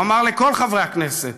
הוא אמר לכל חברי הכנסת,